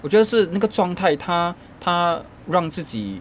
我觉得是那个状态他他让自己